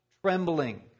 trembling